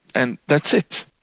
and that's it.